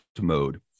mode